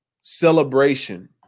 celebration